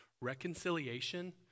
reconciliation